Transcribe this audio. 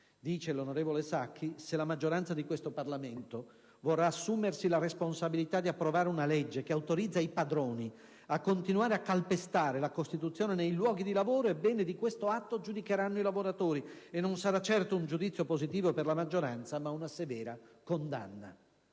Disse l'onorevole Sacchi: «Se la maggioranza di questo Parlamento vorrà assumersi la responsabilità di approvare una legge che autorizza i padroni a continuare a calpestare la Costituzione nei luoghi di lavoro, ebbene di questo atto giudicheranno i lavoratori e non sarà certo un giudizio positivo per la maggioranza, ma una severa condanna».